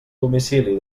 domicili